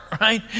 Right